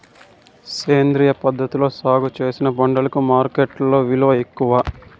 సేంద్రియ పద్ధతిలో సాగు చేసిన పంటలకు మార్కెట్టులో విలువ ఎక్కువ